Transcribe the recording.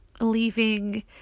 leaving